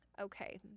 okay